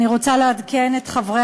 אני רוצה לעדכן את חברי